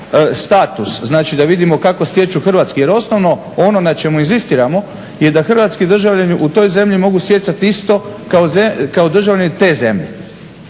status da vidimo kako stječu hrvatski jer osnovno ono na čemu inzistiramo je da hrvatski državljani u toj zemlji mogu stjecati isto kao državljani te zemlje,